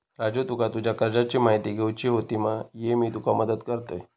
राजू तुका तुज्या कर्जाची म्हायती घेवची होती मा, ये मी तुका मदत करतय